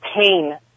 pain